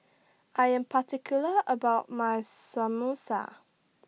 I Am particular about My Samosa